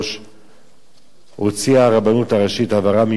הוציאה הרבנות הראשית הבהרה מיוחדת בעניין,